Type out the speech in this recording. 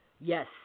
Yes